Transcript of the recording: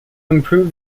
improve